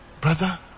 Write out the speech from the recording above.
brother